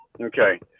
Okay